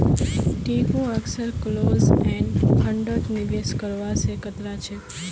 टिंकू अक्सर close end फंडत निवेश करवा स कतरा छेक